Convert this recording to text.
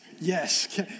Yes